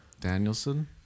Danielson